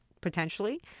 potentially